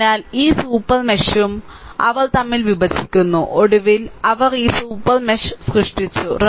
അതിനാൽ ഈ സൂപ്പർ മെഷും ഈ സൂപ്പർ മെഷും അവർ തമ്മിൽ വിഭജിക്കുന്നു ഒടുവിൽ അവർ ഈ സൂപ്പർ മെഷ് സൃഷ്ടിച്ചു